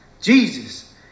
Jesus